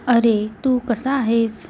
अरे तू कसा आहेस